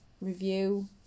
review